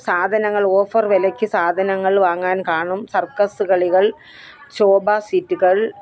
സാധനങ്ങൾ ഓഫർ വിലയ്ക്ക് സാധനങ്ങൾ വാങ്ങാൻ കാണും സർക്കസ് കളികൾ ശോഭ സീറ്റുകൾ